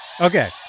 okay